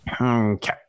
Okay